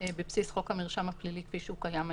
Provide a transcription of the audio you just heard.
בבסיס חוק המרשם הפלילי כפי שהוא קיים היום.